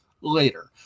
later